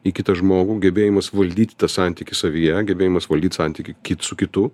į kitą žmogų gebėjimas valdyti tą santykį savyje gebėjimas valdyt santykį kit su kitu